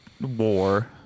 war